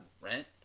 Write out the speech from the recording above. rent